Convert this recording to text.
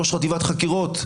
ראש חטיבת חקירות,